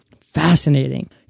Fascinating